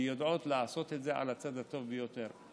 ויודעות לעשות את זה על הצד הטוב ביותר.